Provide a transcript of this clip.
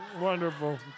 Wonderful